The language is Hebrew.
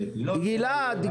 גלעד,